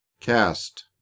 Cast